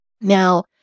now